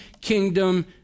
kingdom